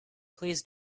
please